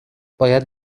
باید